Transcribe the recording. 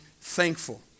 thankful